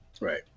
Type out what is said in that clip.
right